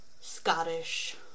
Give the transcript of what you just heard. Scottish